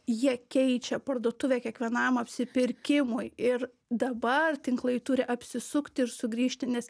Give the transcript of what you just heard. jie keičia parduotuvę kiekvienam apsipirkimui ir dabar tinklai turi apsisukti ir sugrįžti nes